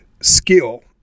skill